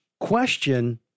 Question